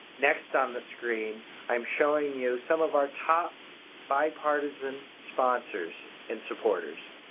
next on the screen i am showing you some of our top bipartisan sponsors and supporters.